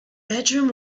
bedroom